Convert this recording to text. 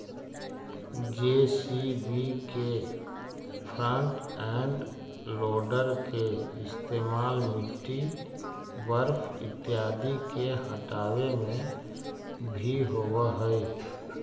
JCB के front end loader के इस्तेमाल मिट्टी, बर्फ इत्यादि के हँटावे में भी होवऽ हई